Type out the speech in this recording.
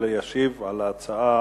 ישיב על ההצעה